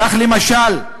כך, למשל,